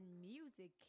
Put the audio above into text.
Music